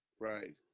Right